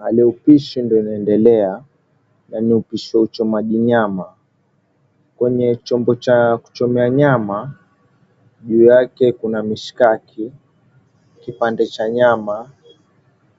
Hali ya upishi ndo inaendelea, na ni upishi wa uchomaji nyama. Kwenye chombo cha kuchomea nyama, juu yake kuna mishikaki, kipande cha nyama,